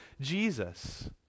Jesus